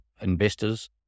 investors